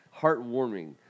heartwarming